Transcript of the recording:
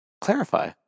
Clarify